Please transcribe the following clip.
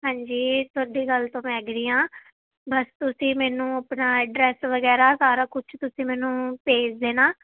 ਹਾਂਜੀ ਤੁਹਾਡੀ ਗੱਲ ਤੋਂ ਮੈਂ ਐਗਰੀ ਹਾਂ ਬਸ ਤੁਸੀਂ ਮੈਨੂੰ ਆਪਣਾ ਐਡਰੈਸ ਵਗੈਰਾ ਸਾਰਾ ਕੁਝ ਤੁਸੀਂ ਮੈਨੂੰ ਭੇਜ ਦੇਣਾ